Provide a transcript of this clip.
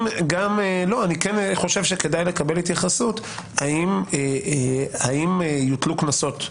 אני חושב שכן כדאי לקבל התייחסות האם יוטלו קנסות?